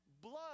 blood